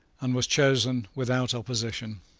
and was chosen without opposition.